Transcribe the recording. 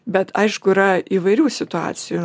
bet aišku yra įvairių situacijų